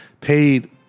paid